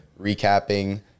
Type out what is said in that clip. recapping